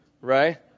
right